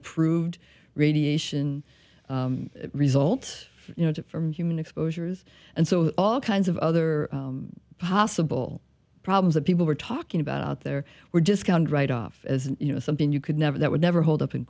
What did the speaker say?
approved radiation result you know that from human exposures and so all kinds of other possible problems that people were talking about there were discounted right off as you know something you could never that would never hold up in